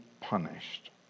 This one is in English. punished